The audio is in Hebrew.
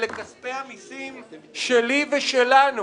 אלה כספי המיסים שלי ושלנו.